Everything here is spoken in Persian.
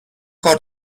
کار